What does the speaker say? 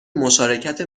مشارکت